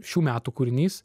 šių metų kūrinys